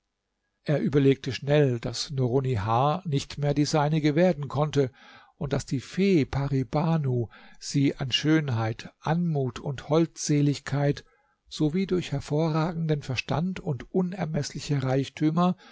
er überlegte schnell daß nurunnihar nicht mehr die seinige werden konnte und daß die fee pari banu sie an schönheit anmut und holdseligkeit sowie durch hervorragenden verstand und unermeßliche reichtümer